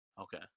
Okay